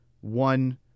one